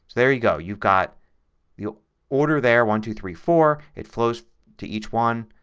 there you go. you've got the order there one, two, three, four. it flows to each one.